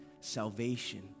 salvation